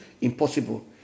Impossible